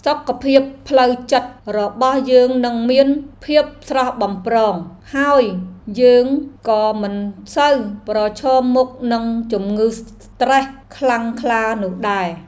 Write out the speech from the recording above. សុខភាពផ្លូវចិត្តរបស់យើងនឹងមានភាពស្រស់បំព្រង ហើយយើងក៏មិនសូវប្រឈមមុខនឹងជំងឺស្ត្រេសខ្លាំងក្លានោះដែរ។